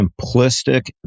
Simplistic